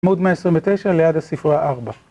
עמוד 129 ליד הספרה 4